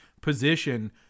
position